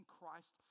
Christ